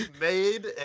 made